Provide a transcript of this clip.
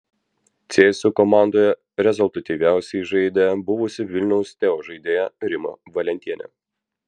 cėsių komandoje rezultatyviausiai žaidė buvusi vilniaus teo žaidėja rima valentienė